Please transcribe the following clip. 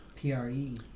pre